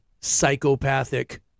psychopathic